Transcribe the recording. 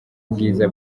ubwiza